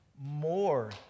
more